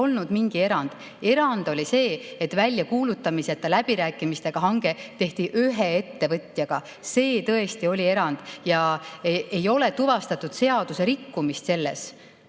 olnud mingi erand. Erand oli see, et väljakuulutamiseta läbirääkimistega hange tehti ühe ettevõtjaga. See tõesti oli erand, aga selles ei ole tuvastatud seaduserikkumist.